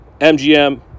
MGM